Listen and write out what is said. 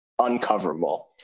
uncoverable